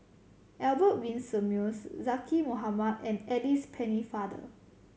Albert Winsemius Zaqy Mohamad and Alice Pennefather